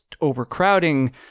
overcrowding